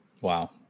Wow